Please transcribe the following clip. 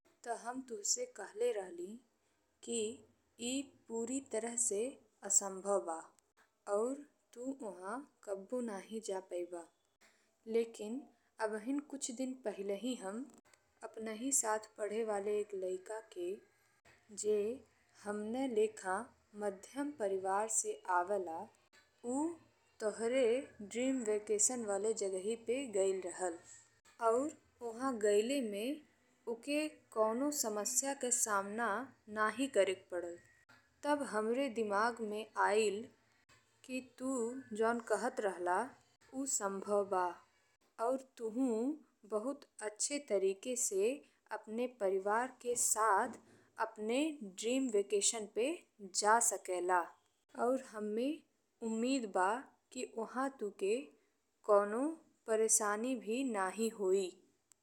हम तुसे ओहले रहली कि ए पूरी तरह से असंभव बा और तू ओहान कब्बो नहीं जा पइबा। लेकिन अभी कुछ दिन पहिले ही हम अपने साथी पढ़े वाले एक लइका के जे हमने लेखा माध्यम परिवार से आवेला ऊ तोहरे ड्रीम वेकेशन वाले जगहिये पे गइल रहल। और ओहा गइलें में ओके कउनो समस्या के सामना नहीं करे के पड़ल तब हमरे दिमाग में अइल कि तू जउन कहत रहे ला ऊ संभव बा और तूहू बहुत अच्छे तरीके से अपने परिवार के साथ अपने ड्रीम वेकेशन पे जा सकेला। और हम्मे उम्मीद बा कि ओहा तुके कउनो परेशानी भी नहीं होई।